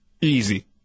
Easy